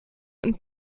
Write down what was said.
und